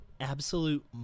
absolute